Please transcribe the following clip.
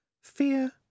Fear